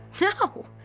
No